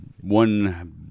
one